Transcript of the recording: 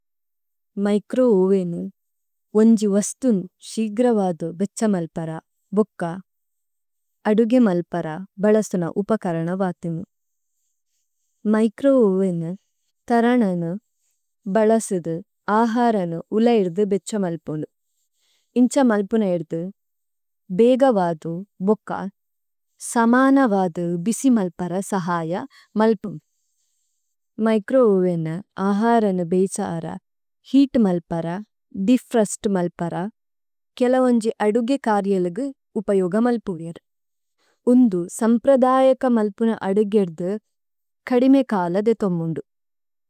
മിച്രോവവേ-നു, ഓന്ജി വസ്തു-നു ശിഗ്ര വാദു ബേച്ഛ മല്പര, ബോക്ക, അദുഗേ മല്പര ബലസുന ഉപകരന വാതിമു। മിച്രോവവേ-നു, തരന-നു, ബലസുദു ആഹരനു ഉലൈരുദു ബേച്ഛ മല്പുലു। ഇന്ഛ മല്പുന ഇരുദു, ബേഗ വാദു ബോക്ക, സമന വാദു ബിസി മല്പര സഹയ മല്പുലു। മിച്രോവവേ-നു, ആഹരനു ബേച്ഛ അര, ഹേഅത് മല്പര, ദേഫ്രോസ്ത് മല്പര, കേല ഓന്ജി അദുഗേ കര്യേലുഗു ഉപയോഗ മല്പുനീരു। ഉന്ദു, സമ്പ്രദയക മല്പുന അദുഗേ ഇദ്ദു, കദിമേ കാല ദേതോമുന്ദു।